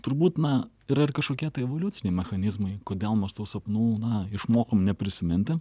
turbūt na yra ir kažkokie tai evoliuciniai mechanizmai kodėl mes tuos sapnų na išmokom neprisiminti